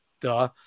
Duh